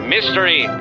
mystery